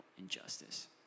injustice